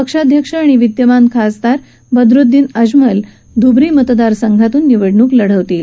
पक्षाध्यक्ष आणि विद्यमान खासदार बद्रद्दिन अजमल धुब्री मतदारसंघातून निवडणूक लढवतील